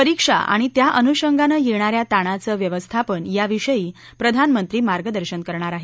परीक्षा आणि त्या अनुषंगाने येणाऱ्या ताणाचं व्यवस्थापन याविषयी प्रधानमंत्री मार्गदर्शन करणार आहेत